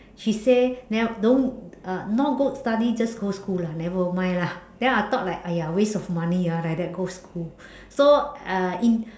she say nev~ don't uh not good study just go school lah never mind lah then I thought like !aiya! waste of money ah like that go school so uh in